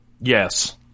Yes